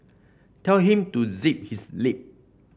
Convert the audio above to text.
tell him to zip his lip